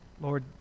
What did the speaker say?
Lord